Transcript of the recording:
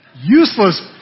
Useless